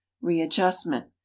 readjustment